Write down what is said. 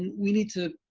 we need to,